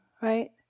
right